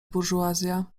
burżuazja